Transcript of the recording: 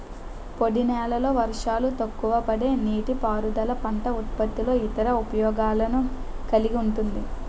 పొడినేలల్లో వర్షాలు తక్కువపడే నీటిపారుదల పంట ఉత్పత్తుల్లో ఇతర ఉపయోగాలను కలిగి ఉంటుంది